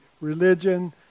religion